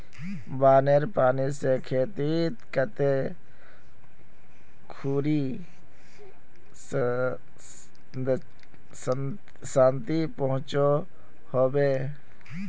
बानेर पानी से खेतीत कते खुरी क्षति पहुँचो होबे?